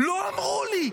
לא אמרו לי.